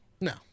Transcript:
No